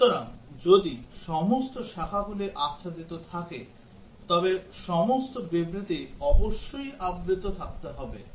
সুতরাং যদি সমস্ত শাখাগুলি আচ্ছাদিত থাকে তবে সমস্ত বিবৃতি অবশ্যই আবৃত থাকতে হবে